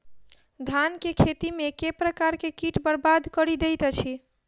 धान केँ खेती मे केँ प्रकार केँ कीट बरबाद कड़ी दैत अछि?